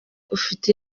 ufite